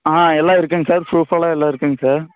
ஆ எல்லாம் இருக்குங்க சார் ஃப்ரூஃபல்லாம் எல்லாம் இருக்குங்க சார்